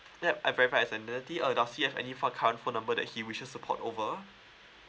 yup I've verified his identity or does he have any phone current phone number that he wishes to port over